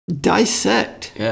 dissect